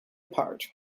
apart